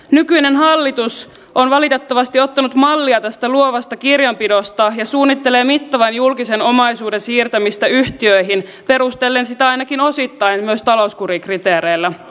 nykyinen hallitus on valitettavasti ottanut mallia tästä luovasta kirjanpidosta ja suunnittelee mittavan julkisen omaisuuden siirtämistä yhtiöihin perustellen sitä ainakin osittain myös talouskurikriteereillä